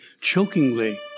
chokingly